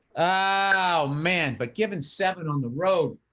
ah, man, but given seven on the road,